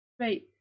right